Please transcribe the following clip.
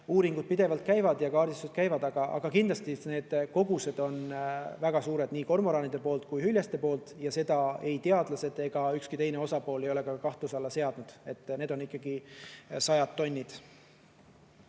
uuringud pidevalt käivad ja kaardistused käivad. Aga kindlasti on need kogused väga suured nii kormoranide kui ka hüljeste puhul ja seda ei teadlased ega ükski teine osapool ei ole kahtluse alla seadnud. Need on ikkagi sajad tonnid.